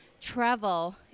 travel